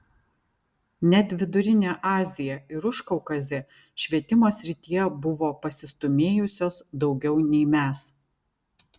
net vidurinė azija ir užkaukazė švietimo srityje buvo pasistūmėjusios daugiau nei mes